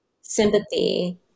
sympathy